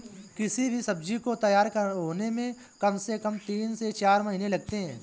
किसी भी सब्जी को तैयार होने में कम से कम तीन से चार महीने लगते हैं